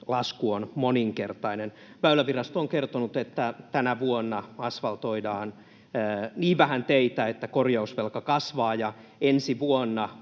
lasku on moninkertainen. Väylävirasto on kertonut, että tänä vuonna asvaltoidaan niin vähän teitä, että korjausvelka kasvaa, ja ensi vuonna